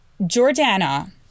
Jordana